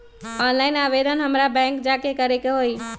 Online आवेदन हमरा bank जाके करे के होई?